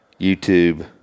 YouTube